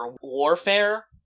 warfare